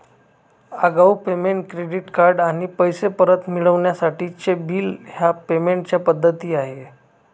आगाऊ payment, credit card आणि पैसे परत मिळवण्यासाठीचे बिल ह्या पेमेंट च्या पद्धती आहे